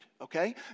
okay